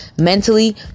mentally